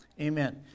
Amen